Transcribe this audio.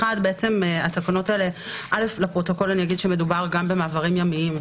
לפרוטוקול אני אגיד שמדובר גם במעברים ימיים,